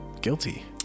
guilty